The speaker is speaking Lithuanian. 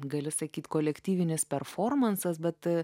gali sakyt kolektyvinis performansas bet